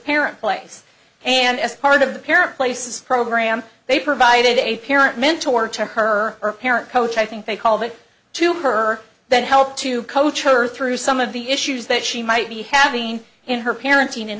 parent place and as part of the parent places program they provided a parent mentor to her or parent coach i think they called it to her that help to coach her through some of the issues that she might be having in her parenting and